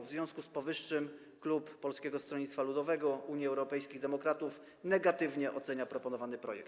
W związku z powyższym klub Polskiego Stronnictwa Ludowego - Unii Europejskich Demokratów negatywnie ocenia proponowany projekt.